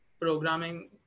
programming